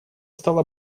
стало